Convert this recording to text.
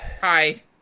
Hi